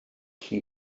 cyn